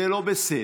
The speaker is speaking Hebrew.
זה לא בסדר.